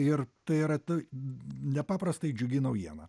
ir tai yra ta nepaprastai džiugi naujiena